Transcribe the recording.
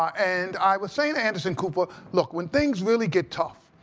and i was saying to anderson cooper, look, when things really get tough,